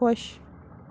خۄش